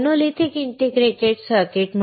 monolithic integrated circuit